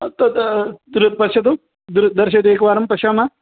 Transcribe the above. तत् दृ पश्यतु दृ दर्शय एकवारं पश्यामः